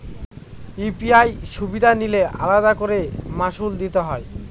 UPI সুবিধা নিলে আলাদা করে মাসুল দিতে হয়?